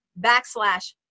backslash